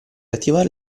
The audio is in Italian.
attivare